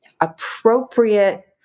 appropriate